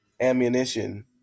ammunition